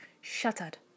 shattered